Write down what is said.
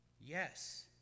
yes